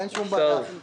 אין שום בעיה.